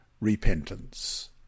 repentance